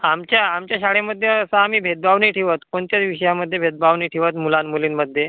आमच्या आमच्या शाळेमध्ये असा आम्ही भेदभाव नाही ठेवत कोणत्याच विषयामध्ये भेदभाव नाही ठेवत मुलांमुलींमध्ये